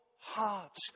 heart